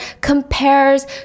compares